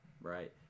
Right